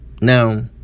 Now